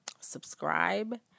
subscribe